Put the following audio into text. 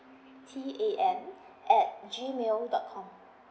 T A N at G mail dot com